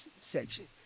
section